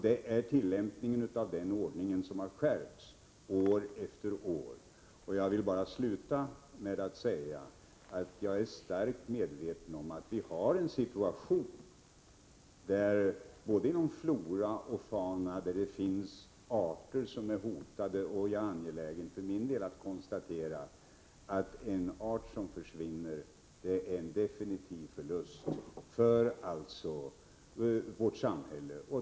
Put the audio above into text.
Det är tillämpningen av den ordningen som har skärpts år efter år. Jag vill sluta med att säga att jag är starkt medveten om att vi har en situation inom både flora och fauna där arter är hotade. Jag är för min del angelägen att konstatera att en art som försvinner är en definitiv förlust för vårt samhälle.